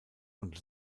und